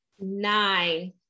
Nine